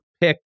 pick